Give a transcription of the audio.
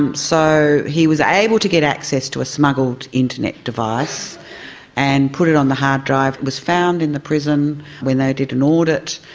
um so he was able to get access to a smuggled internet device and put it on the hard drive. it was found in the prison when they did an audit.